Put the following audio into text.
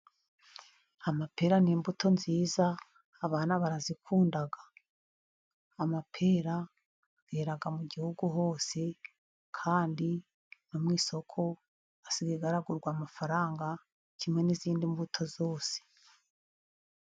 Amapera n'imbuto nziza, abana barazikunda. Amapera yera mu gihugu hose, kandi no mu isoko asigaye aragurwa amafaranga kimwe n'izindi mbuto zose.